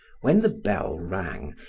when the bell rang,